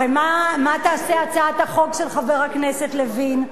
הרי מה תעשה הצעת החוק של חבר הכנסת לוין?